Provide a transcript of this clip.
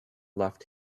left